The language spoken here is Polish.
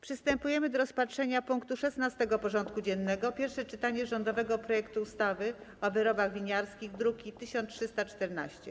Przystępujemy do rozpatrzenia punktu 16. porządku dziennego: Pierwsze czytanie rządowego projektu ustawy o wyrobach winiarskich (druk nr 1314)